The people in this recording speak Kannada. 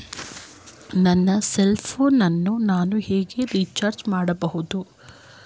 ನನ್ನ ಸೆಲ್ ಫೋನ್ ಅನ್ನು ನಾನು ಹೇಗೆ ರಿಚಾರ್ಜ್ ಮಾಡಬಹುದು?